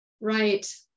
right